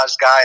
guy